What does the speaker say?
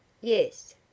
Yes